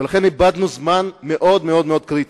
ולכן איבדנו זמן מאוד מאוד קריטי.